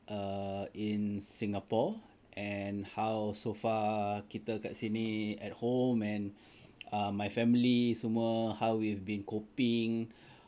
err in Singapore and how so far kita kat sini at home and uh my family semua how we've been coping